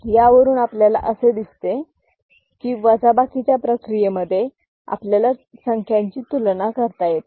यावरून आपल्याला असे दिसून येते की वजाबाकीच्या प्रक्रियेमधून आपल्याला संख्यांमधील तुलना करता येते